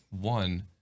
one